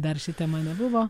dar ši tema nebuvo